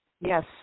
Yes